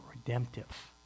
redemptive